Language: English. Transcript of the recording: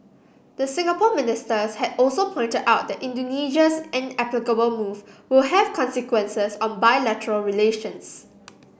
the Singapore ministers had also pointed out that Indonesia's inexplicable move will have consequences on bilateral relations